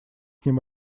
ним